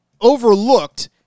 overlooked